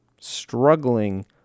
struggling